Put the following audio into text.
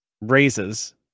raises